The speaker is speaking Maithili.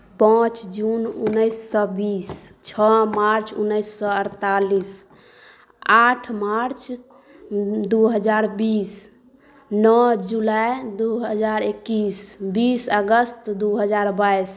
पांच जून उन्नैस सए बीस छओ मार्च उन्नैस सए अड़तालीस आठ मार्च दू हजार बीस नओ जुलाई दू हजार एकैस बीस अगस्त दू हजार बाइस